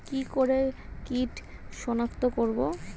কি করে কিট শনাক্ত করব?